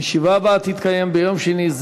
הישיבה הבאה תתקיים ביום שני,